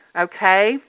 Okay